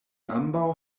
ambaŭ